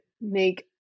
make